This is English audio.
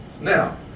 Now